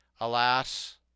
alas